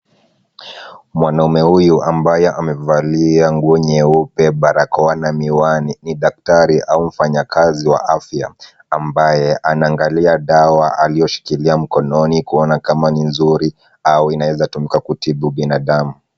Mwanaume huyu ambaye amevalia nguo nyeupe, barakoa na miwani ni daktari au mfanyikazi wa afya ambaye anaangalia dawa aliyoshikilia mkononi kuona kama ni nzuri au inaweza kutumika kutibu binadamu.